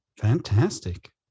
Fantastic